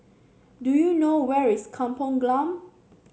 do you know where is Kampong Glam